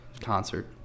concert